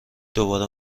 دوباره